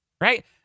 Right